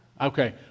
Okay